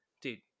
dude